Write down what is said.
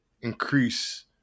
increase